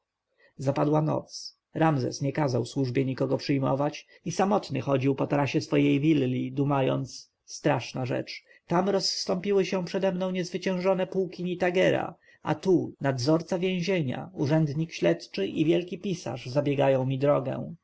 zapadła noc ramzes nie kazał służbie nikogo przyjmować i samotny chodził po tarasie swojej willi dumając straszna rzecz tam rozstąpiły się przede mną niezwyciężone pułki nitagera a tu nadzorca więzienia urzędnik śledczy i wielki pisarz zabiegają mi drogę